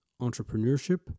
entrepreneurship